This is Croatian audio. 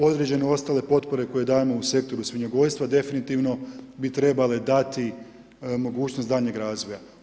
Određene ostale potpore koje dajemo u sektoru svinjogojstva definitivno bi trebale dati mogućnost daljnjeg razvoja.